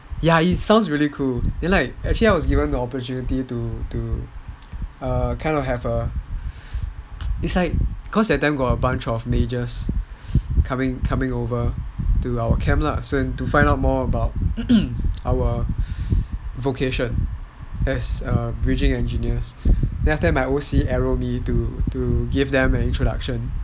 ya it sounds really cool actually I was given the opportunity to kind of have a it's like cause that time got a bunch of majors coming over to our camp lah to find out more about vocation as a bridging engineers then after that my O_C arrow me to give them an introduction